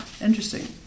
interesting